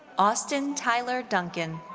austin tyler duncan.